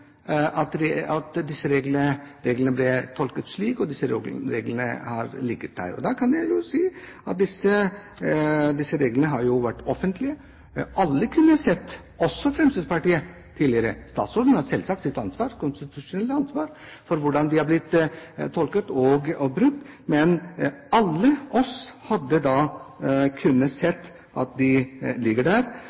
å vite at disse reglene ble tolket slik, og at disse reglene har ligget der. Da kan jeg jo si at disse reglene har vært offentlige. Alle kunne ha sett dem tidligere, også Fremskrittspartiet. Statsråden har selvsagt sitt konstitusjonelle ansvar for hvordan de er blitt tolket og brukt, men alle vi kunne ha sett at de ligger der.